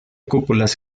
cúpulas